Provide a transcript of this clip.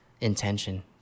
intention